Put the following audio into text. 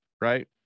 right